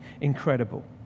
incredible